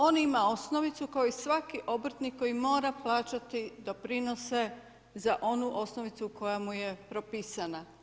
On ima osnovicu kao i svaki obrtnik koji mora plaćati doprinose za onu osnovicu koja mu je propisana.